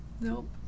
Nope